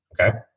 Okay